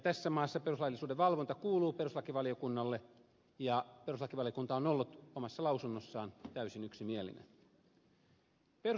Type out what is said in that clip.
tässä maassa perustuslaillisuuden valvonta kuuluu perustuslakivaliokunnalle ja perustuslakivaliokunta on ollut omassa lausunnossaan täysin yksimielinen